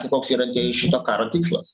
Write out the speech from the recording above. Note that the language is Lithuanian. koks yra šito karo tikslas